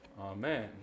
Amen